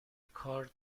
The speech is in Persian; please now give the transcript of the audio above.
کار